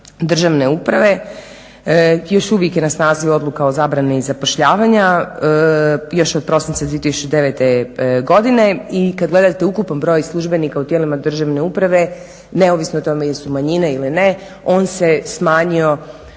državne uprave. Još uvijek je na snazi odluka o zabrani zapošljavanja još od prosinca 2009.godine i kada gledate ukupan broj u tijelima državne uprave neovisno o tome jesu manjina ili ne, on se smanjio